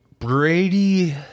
Brady